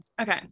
Okay